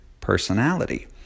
personality